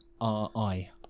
R-I